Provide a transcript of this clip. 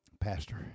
pastor